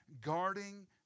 guarding